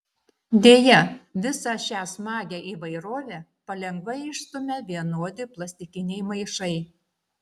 deja visą šią smagią įvairovę palengva išstumia vienodi plastikiniai maišai